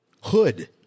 hood